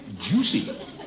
Juicy